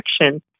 action